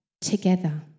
together